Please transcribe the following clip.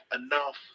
enough